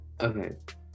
okay